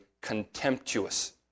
contemptuous